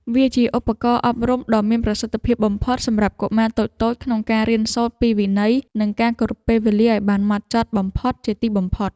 វាគឺជាឧបករណ៍អប់រំដ៏មានប្រសិទ្ធភាពបំផុតសម្រាប់កុមារតូចៗក្នុងការរៀនសូត្រពីវិន័យនិងការគោរពពេលវេលាឱ្យបានហ្មត់ចត់បំផុតជាទីបំផុត។